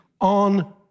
on